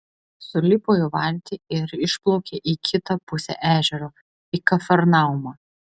sulipo į valtį ir išplaukė į kitą pusę ežero į kafarnaumą